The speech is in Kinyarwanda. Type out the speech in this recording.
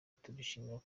turishimye